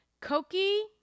Cokie